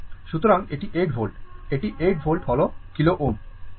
সুতরাং এটি 8 volt 8 volt হল kilo Ω